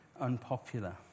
unpopular